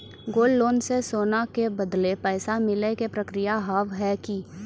Gold loan मे सोना के बदले पैसा मिले के प्रक्रिया हाव है की?